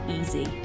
easy